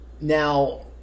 Now